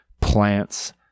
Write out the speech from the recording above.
plants